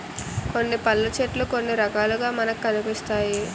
కొన్ని పళ్ళు చెట్లు కొన్ని రకాలుగా మనకి కనిపిస్తాయి